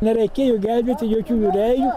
nereikėjo gelbėti jokių jurei